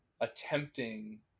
attempting